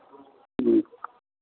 जी